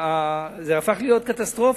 זה הפך להיות קטסטרופה.